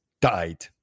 died